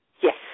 Yes